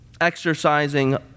exercising